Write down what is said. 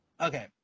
Okay